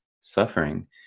suffering